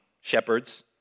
shepherds